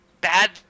bad